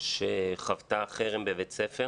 שחוותה חרם בבית ספר